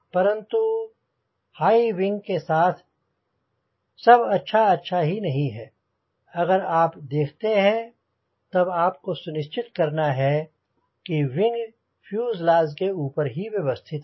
परंतु हाईविंग के साथ सब अच्छा अच्छा ही नहीं है अगर आप देखते हैं तब आपको सुनिश्चित करना है कि विंग फ्यूजलाज़ के ऊपर ही व्यवस्थित रहे